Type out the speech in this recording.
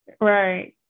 right